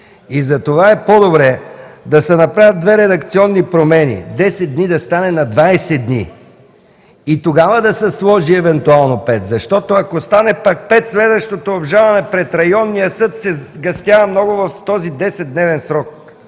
Затова е по-добре да се направят две редакционни промени – „10 дни” да стане на „20 дни” и тогава да се сложи евентуално „пет”, защото ако стане „пет”, следващото обжалване пред районния съд се сгъстява много в този 10-дневен срок.